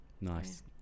Nice